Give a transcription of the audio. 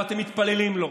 ואתם מתפללים לו.